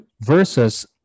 versus